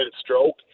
stroke